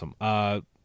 awesome